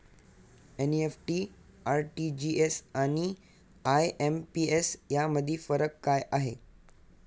NEFT, RTGS आणि IMPS यामधील फरक काय आहे?